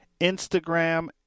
Instagram